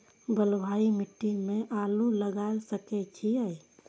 बलवाही मिट्टी में आलू लागय सके छीये?